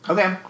Okay